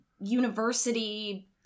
university